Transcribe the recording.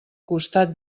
costat